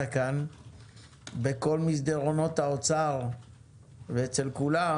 כאן בכל מסדרונות האוצר ואצל כולם,